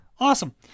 awesome